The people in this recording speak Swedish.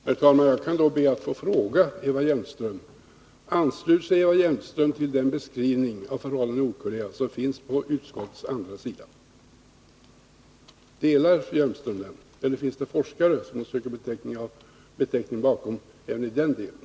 Herr talman! Jag ber att få fråga Eva Hjelmström: Ansluter sig Eva Hjelmström till den beskrivning av förhållandena i Nordkorea som finns på betänkandets andra sida? Delar Eva Hjelmström den uppfattningen, eller finns det forskare som hon söker betäckning bakom även i den delen?